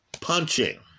punching